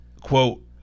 quote